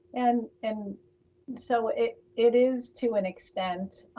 and and so it it is to an extent,